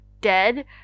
dead